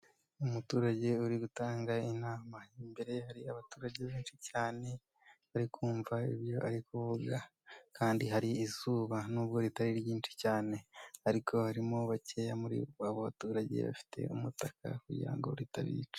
Umuturage uri gutanga inama imbere hari abaturage benshi cyane bari kumva ibyo ari kuvuga kandi hari izuba nubwo ritari ryinshi cyane ariko harimo bakeya muri abo baturage bafite umutaka kugirango ritabica .